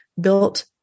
built